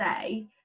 say